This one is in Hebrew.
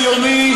המחנה הציוני,